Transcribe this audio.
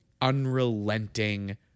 unrelenting